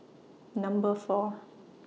Number four